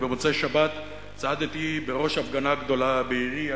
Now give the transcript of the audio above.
ובמוצאי-שבת צעדתי בראש הפגנה גדולה בעירי,